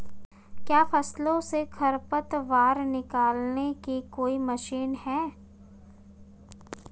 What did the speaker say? क्या फसलों से खरपतवार निकालने की कोई मशीन है?